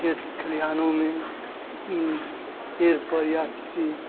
खेत खलिहानों में पेड़ पर या किसी